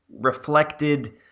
reflected